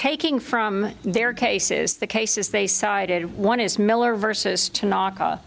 taking from their cases the cases they sided one is miller versus to knock